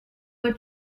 were